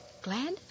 Glad